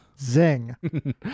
Zing